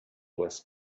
was